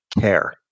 care